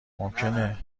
ممکنه